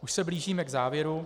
Už se blížíme k závěru.